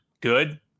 good